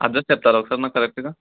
address చెప్తారా ఒకసారి మాకు కరెక్ట్గా